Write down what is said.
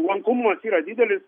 lankomumas yra didelis